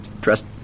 Dressed